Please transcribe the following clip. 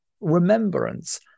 remembrance